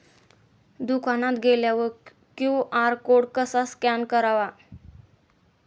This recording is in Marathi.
दुकानात गेल्यावर क्यू.आर कोड कसा स्कॅन करायचा?